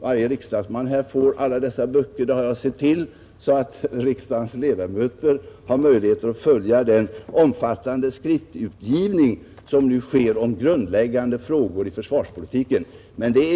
Varje riksdagsman får alla dessa böcker — det har jag sett till — så att riksdagens ledamöter har möjligheter att följa den omfattande skriftutgivning som nu sker när det gäller grundläggande frågor i försvarspolitiken.